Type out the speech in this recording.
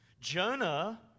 Jonah